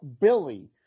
Billy